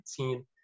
2019